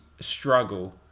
struggle